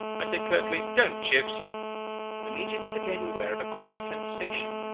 i said curtly, don't, chips and immediately became aware of a queer sensation,